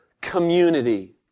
community